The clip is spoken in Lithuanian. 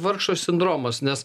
vargšo sindromas nes